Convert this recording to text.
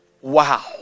Wow